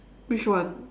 which one